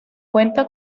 cuenta